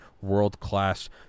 world-class